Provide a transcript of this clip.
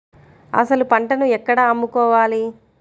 అసలు పంటను ఎక్కడ అమ్ముకోవాలి?